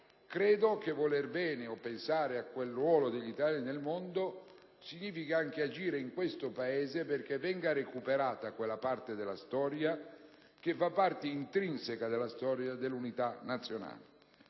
Credo che voler bene e pensare a quel ruolo dell'Italia nel mondo significa anche agire in questo Paese perché venga recuperata quella parte della storia che è intrinseca nella storia dell'unità nazionale;